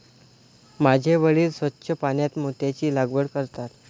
माझे वडील स्वच्छ पाण्यात मोत्यांची लागवड करतात